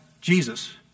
Jesus